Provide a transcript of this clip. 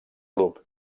grup